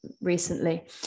recently